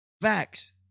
Facts